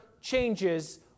changes